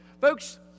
folks